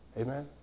Amen